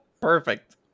Perfect